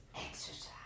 exercise